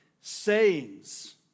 sayings